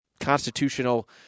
constitutional